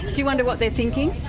you wonder what they're thinking?